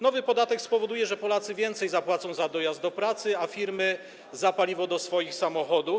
Nowy podatek spowoduje, że Polacy więcej zapłacą za dojazd do pracy, a firmy - za paliwo do swoich samochodów.